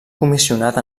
comissionat